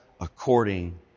according